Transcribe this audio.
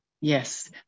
Yes